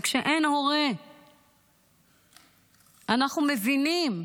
וכשאין הורה אנחנו מבינים,